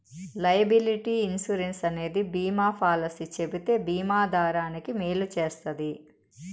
liability insurance అనేది బీమా policy చెబితే బీమా దారానికి మేలు చేస్తది